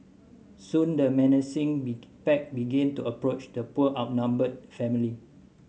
soon the menacing pack began to approach the poor outnumbered family